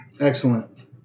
excellent